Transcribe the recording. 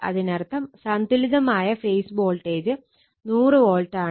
അതിനർത്ഥം സന്തുലിതമായ phase voltage 100 volt ആണ്